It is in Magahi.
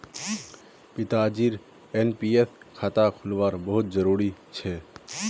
पिताजीर एन.पी.एस खाता खुलवाना बहुत जरूरी छ